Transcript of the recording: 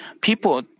people